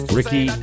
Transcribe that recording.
Ricky